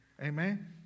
Amen